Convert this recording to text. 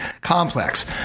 complex